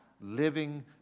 living